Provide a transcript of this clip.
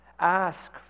Ask